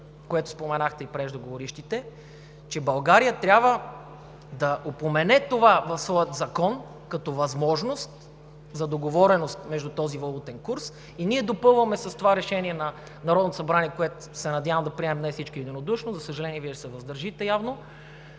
което споменаха и преждеговорившите, че България трябва да упомене това в своя закон като възможност за договореност между този валутен курс. И ние допълваме с това решение на Народното събрание, което се надявам да приемем днес всички единодушно, за съжаление, Вие ще се въздържите явно,